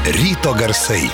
ryto garsai